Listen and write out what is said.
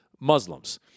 Muslims